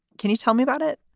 can you tell me about it?